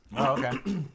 Okay